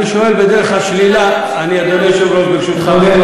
אני שואל בדרך השלילה, אדוני היושב-ראש, ברשותך.